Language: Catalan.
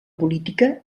política